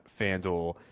FanDuel